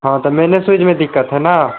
हाँ तो मेने स्विच में दिक्कत है ना